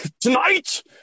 tonight